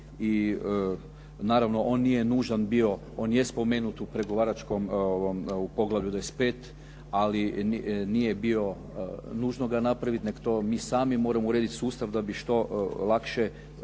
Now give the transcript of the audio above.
naravno on nije nužan bio, on je spomenut u pregovaračkom, u poglavlju 25, ali nije bilo nužno ga napraviti, nego to mi sami moramo urediti sustav da bi što lakše